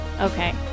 Okay